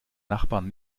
nachbarn